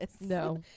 No